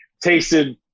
tasted